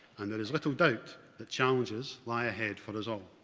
and there is little doubt that challenges lie ahead for us all.